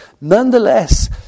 nonetheless